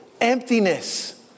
emptiness